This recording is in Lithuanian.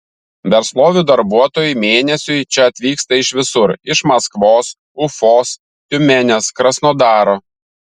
verslovių darbuotojai mėnesiui čia atvyksta iš visur iš maskvos ufos tiumenės krasnodaro